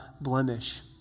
blemish